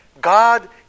God